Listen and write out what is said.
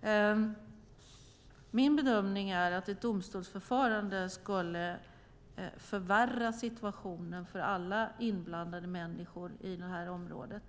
Det är min bedömning att ett domstolsförfarande skulle förvärra situationen för alla inblandade människor i det här området.